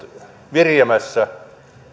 viriämässä